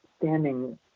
standing